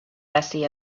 bessie